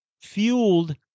fueled